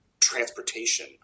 transportation